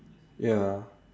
ya